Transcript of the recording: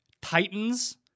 Titans